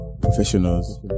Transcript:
professionals